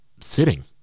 sitting